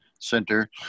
center